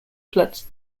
floods